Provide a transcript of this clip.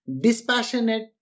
Dispassionate